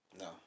No